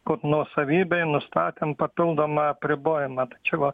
kad nuosavybei nustatant papildomą apribojimą tai čia va